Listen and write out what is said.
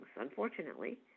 unfortunately